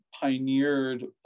pioneered